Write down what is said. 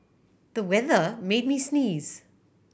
the weather made me sneeze